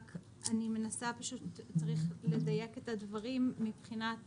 רק צריך לדייק את הדברים מבחינת